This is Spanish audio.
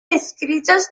descritos